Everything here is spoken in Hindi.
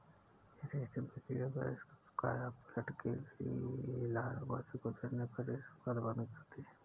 रेशम के कीड़े वयस्क कायापलट के लिए लार्वा से गुजरने पर रेशम का उत्पादन करते हैं